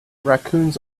raccoons